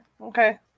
Okay